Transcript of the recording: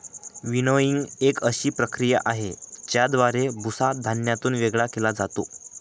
winnowing एक अशी प्रक्रिया आहे, ज्याद्वारे भुसा धान्यातून वेगळा केला जातो